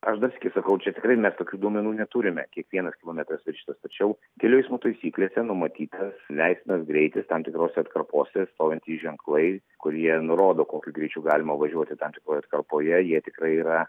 aš dar sykį sakau čia tikrai mes tokių duomenų neturime kiek vienas kilometras viršytas tačiau kelių eismo taisyklėse numatyta leistinas greitis tam tikrose atkarpose stovintys ženklai kurie nurodo kokiu greičiu galima važiuoti tam tikroj atkarpoje jie tikrai yra